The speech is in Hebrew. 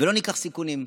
ולא ניקח סיכונים.